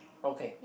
okay